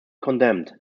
condemned